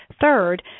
Third